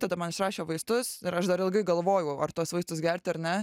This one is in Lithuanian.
tada man išrašė vaistus ir aš dar ilgai galvojau ar tuos vaistus gerti ar ne